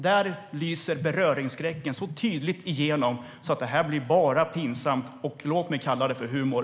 Där lyser beröringsskräcken igenom så tydligt att blir enbart pinsamt. Låt mig än en gång kalla det för humor.